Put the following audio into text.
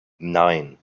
nein